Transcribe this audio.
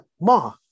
Ma